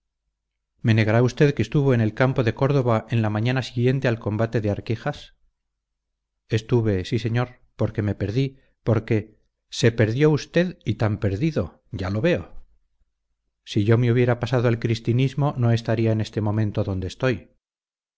me negará usted que estuvo en el campo de córdoba en la mañana siguiente al combate de arquijas estuve sí señor porque me perdí porque se perdió usted y tan perdido ya lo veo si yo me hubiera pasado al cristinismo no estaría en este momento donde estoy